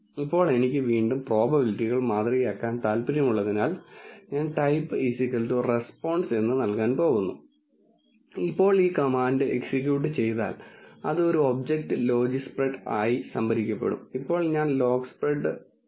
ഇപ്പോൾ എനിക്ക് വീണ്ടും പ്രോബബിലിറ്റികൾ മാതൃകയാക്കാൻ താൽപ്പര്യമുള്ളതിനാൽ ഞാൻ ടൈപ്പ് റെസ്പോൺസ് എന്ന് നല്കാൻ പോകുന്നു ഇപ്പോൾ ഈ കമാൻഡ് എക്സിക്യൂട്ട് ചെയ്താൽ അത് ഒരു ഒബ്ജക്റ്റ് ലോജിസ്പ്രെഡ് ആയി സംഭരിക്കപ്പെടും ഇപ്പോൾ ഞാൻ ലോഗ്സ്പ്രെഡ് പ്ലോട്ട് ചെയ്യും